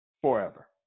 forever